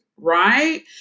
right